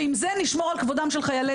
ועם זה נשמור על כבודם של חיילינו.